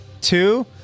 two